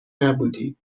نبودی